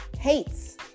Hates